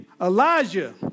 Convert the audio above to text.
Elijah